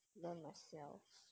learn myself